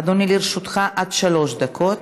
אדוני, לרשותך עד שלוש דקות.